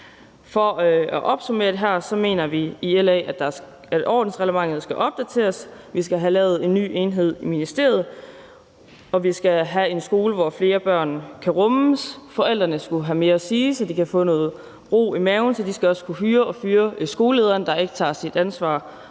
For at opsummere det her mener vi i LA, at ordensreglementet skal opdateres; vi skal have lavet en ny enhed i ministeriet, vi skal have en skole, hvor flere børn kan rummes; forældrene skal have mere at sige, så de kan få ro i maven; man skal også kunne hyre og fyre skolelederen, der ikke tager sit ansvar